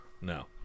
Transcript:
No